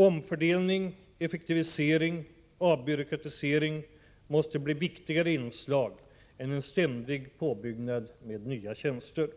Omfördelning, effektivisering och avbyråkratisering måste bli viktigare inslag än en ständig påbyggnad med nya tjänster.